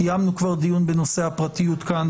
קיימנו כבר דיון כללי בנושא הפרטיות כאן.